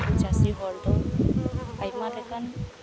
ᱟᱵᱚ ᱪᱟᱥᱤ ᱦᱚᱲ ᱫᱚ ᱟᱭᱢᱟ ᱞᱮᱠᱟᱱ